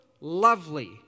lovely